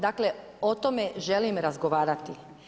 Dakle o tome želim razgovarati.